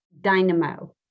dynamo